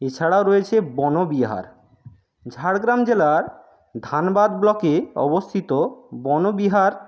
এছাড়াও রয়েছে বনবিহার ঝাড়গ্রাম জেলার ধানবাদ ব্লকে অবস্থিত বনবিহার